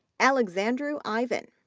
alexandru ivan,